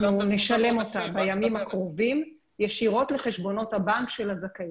נשלם אותה בימים הקרובים ישירות לחשבונות הבנק של הזכאים.